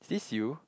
is this you